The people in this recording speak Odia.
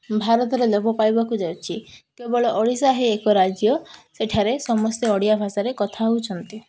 ଭାରତରେ ଲୋପ ପାଇବାକୁ ଯାଉଛି କେବଳ ଓଡ଼ିଶା ହି ଏକ ରାଜ୍ୟ ସେଠାରେ ସମସ୍ତେ ଓଡ଼ିଆ ଭାଷାରେ କଥା ହଉଛନ୍ତି